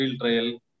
trail